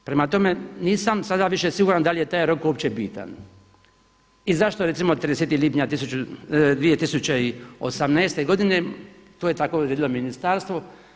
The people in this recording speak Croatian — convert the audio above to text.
Prema tome, nisam sada više siguran da li je taj rok uopće bitan i zašto recimo 30. lipnja 2018. godine to je tako odredilo ministarstvo.